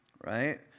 right